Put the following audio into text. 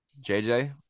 JJ